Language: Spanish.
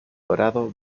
dorado